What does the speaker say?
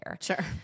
sure